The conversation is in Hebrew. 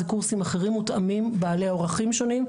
זה קורסים אחרים, מותאמים, בעלי אורכים שונים.